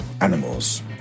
animals